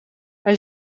hij